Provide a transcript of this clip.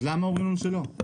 אז למה אומרים לנו שלא?